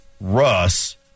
Russ